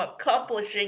accomplishing